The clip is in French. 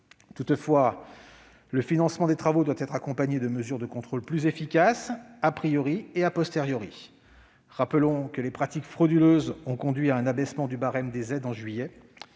Toutefois, le financement des travaux doit être accompagné de mesures de contrôle plus efficaces et i : rappelons que les pratiques frauduleuses ont conduit à un abaissement du barème des aides en juillet.